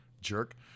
Jerk